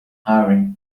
hiring